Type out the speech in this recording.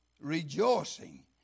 Rejoicing